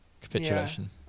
capitulation